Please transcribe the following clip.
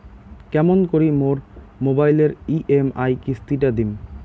কেমন করি মোর মোবাইলের ই.এম.আই কিস্তি টা দিম?